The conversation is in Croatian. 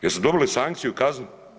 Jesu dobili sankciju, kaznu?